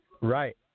Right